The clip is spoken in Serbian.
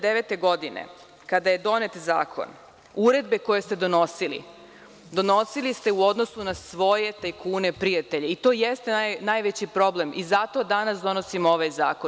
Godine 2009. kada je donet zakon, uredbe koje ste donosili, donosili ste u odnosu na svoje tajkune prijatelje i to jeste najveći problem i zato danas donosimo ovaj zakon.